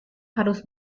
harus